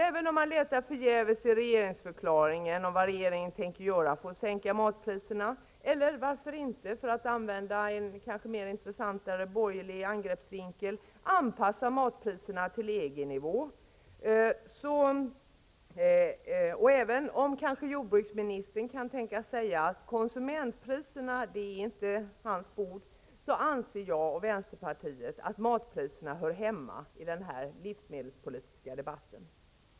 Även om man letar förgäves i regeringsförklaringen efter vad regeringen tänker göra för att sänka matpriserna eller för att använda en kanske mer intressant borgerlig angreppsvinkel, anpassa matpriserna till EG-nivå, och även om jordbruksministern kanske kan tänkas säga att konsumentpriserna inte är hans bord, anser jag och vänsterpartiet att matpriserna hör hemma i denna livsmedelspolitiska debatt.